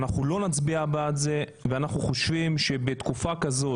אנחנו לא נצביע בעד זה ואנחנו חושבים שבתקופה כזאת